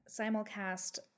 simulcast